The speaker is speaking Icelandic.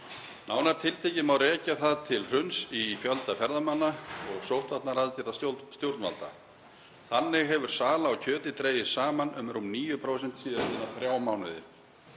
Nánar tiltekið má rekja það til hruns í fjölda ferðamanna og sóttvarnaaðgerða stjórnvalda. Þannig hefur sala á kjöti dregist saman um rúm 9% síðastliðna þrjá mánuði.